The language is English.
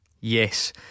Yes